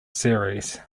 series